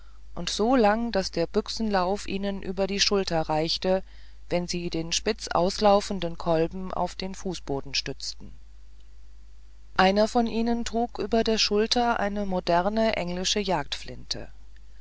und so lang daß der büchsenlauf ihnen über die schulter reichte wenn sie den spitzauslaufenden kolben auf den fußboden stützten einer von ihnen trug über der schulter eine moderne englische